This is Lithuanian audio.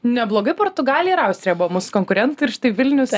neblogai portugalija ir austrija buvo musų konkurentai ir štai vilnius